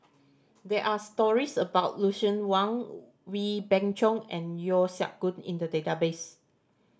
there're stories about Lucien Wang Wee Beng Chong and Yeo Siak Goon in the database